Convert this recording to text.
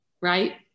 right